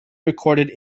recorded